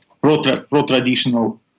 pro-traditional